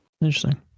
Interesting